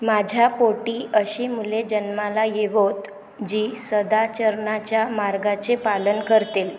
माझ्या पोटी अशी मुले जन्माला येवोत जी सदाचरणाच्या मार्गाचे पालन करतील